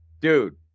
Dude